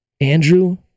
Andrew